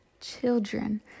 children